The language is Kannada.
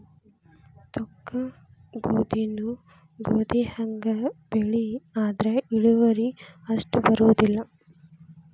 ತೊಕ್ಕಗೋಧಿನೂ ಗೋಧಿಹಂಗ ಬೆಳಿ ಆದ್ರ ಇಳುವರಿ ಅಷ್ಟ ಬರುದಿಲ್ಲಾ